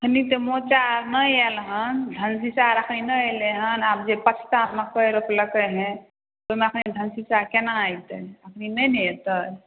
एखन तऽ मोचा आओर नहि आएल हँ धनशीशा आओर एखन नहि अएलै हँ आब जे पछता मकइ रोपलकै हइ ओहि मकइमे धनशीशा कोना अएतै एखन नहि ने अएतै